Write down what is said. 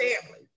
family